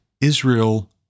Israel